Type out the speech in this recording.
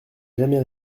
jamais